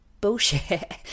bullshit